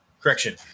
correction